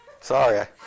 sorry